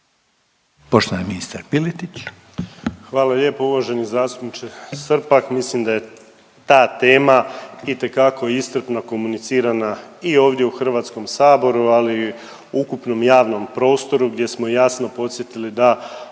Poštovani ministar Piletić.